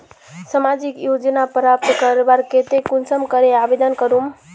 सामाजिक योजना प्राप्त करवार केते कुंसम करे आवेदन करूम?